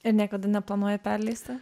ir niekada neplanuoji perleisti